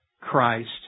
Christ